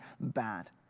bad